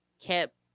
kept